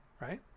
right